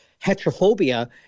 heterophobia